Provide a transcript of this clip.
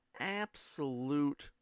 absolute